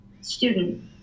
Student